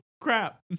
crap